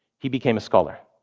he became a scholar.